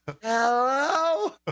Hello